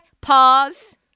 Pause